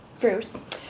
Bruce